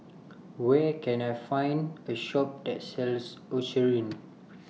Where Can I Find A Shop that sells Eucerin